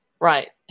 Right